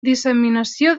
disseminació